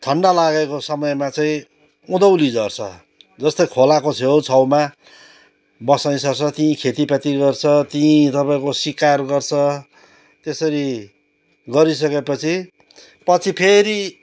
ठन्डा लागेको समयमा चाहिँ उँधौली झर्छ जस्तै खोलाको छेउछाउमा बसाइँ सर्छ त्यहीँ खेतीपाती गर्छ त्यहीँ तपाईँको सिकार गर्छ त्यसरी गरिसकेपछि पछि फेरि